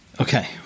Okay